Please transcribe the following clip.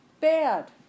Bad